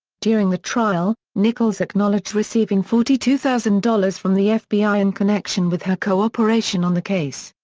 during the trial, nichols acknowledged receiving forty two thousand dollars from the fbi in connection with her cooperation on the case.